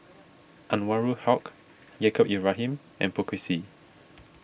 Anwarul Haque Yaacob Ibrahim and Poh Kay Swee